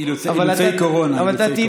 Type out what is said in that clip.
אילוצי קורונה, אילוצי קורונה.